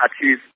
achieve